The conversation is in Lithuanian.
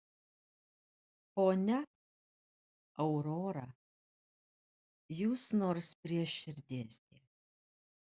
ponia aurora jūs nors prie širdies dėk